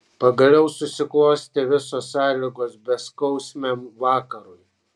pagaliau susiklostė visos sąlygos beskausmiam vakarui